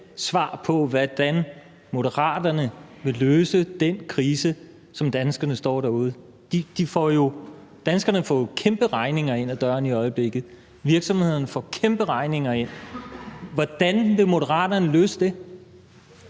svar på, hvordan Moderaterne vil løse den krise, som danskerne derude står i. Danskerne får jo kæmpe regninger ind ad døren i øjeblikket, virksomhederne får kæmpe regninger ind. Hvordan vil Moderaterne løse det?